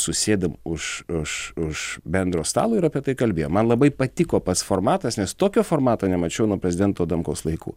susėdome už už už bendro stalo ir apie tai kalbėjom man labai patiko pats formatas nes tokio formato nemačiau nuo prezidento adamkaus laikų